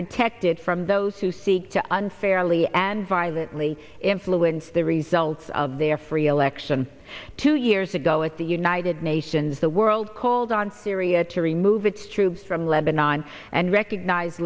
protected from those who seek to unfairly and violently influence the results of their free election two years ago at the united nations the world called on syria to remove its troops from lebanon and recognize